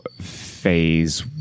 Phase